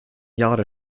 jahre